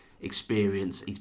experience